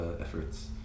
efforts